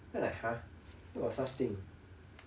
then I like !huh! where got such thing